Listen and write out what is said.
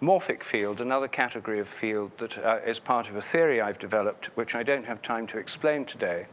morphic field, another category of field that is part of a theory i've developed which i don't have time to explain today.